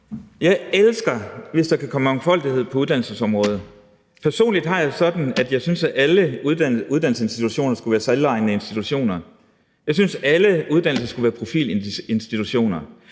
Jeg elsker det, hvis der kan komme mangfoldighed på uddannelsesområdet. Personligt har jeg det sådan, at jeg synes, at alle uddannelsesinstitutioner skulle være selvejende institutioner. Jeg synes, at alle uddannelser skulle være profilinstitutioner.